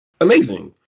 amazing